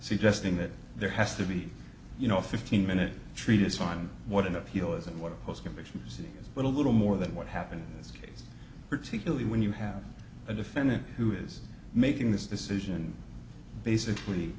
suggesting that there has to be you know a fifteen minute treatise on what an appeal is and what his conviction city is but a little more than what happened in this case particularly when you have a defendant who is making this decision basically